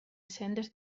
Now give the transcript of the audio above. sendes